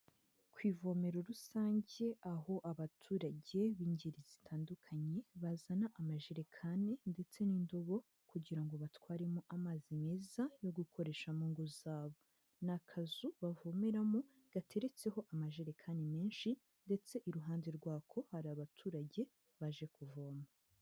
Ku ivomero rusange, aho abaturage b'ingeri zitandukanye, bazana amajerekani, ndetse n'indobo, kugira ngo batwaremo amazi meza yo gukoresha mu ngo zabo, ni akazu bavomeramo, gateretseho amajerekani menshi, ndetse iruhande rwako hari abaturage baje kuvoma.